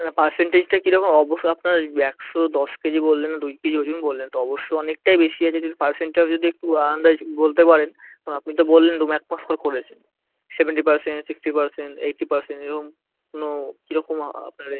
আর পারসেনটেজটা কী রকম অবশ্য আপনার একশো দশ কেজি বললেন দুই কেজি ওজন বললেন অবশ্যই অনেকটাই বেশি আছে কিন্তু পার্সেন্টটাও যদি একটু আন্দাজে বলতে পারেন এবং আপনি তো বললেন দু এক মাস পর করেছেন seventy percent sixty percent eighty percent এরকম কোনো কী রকম আপনার এ